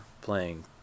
playing